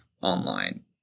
online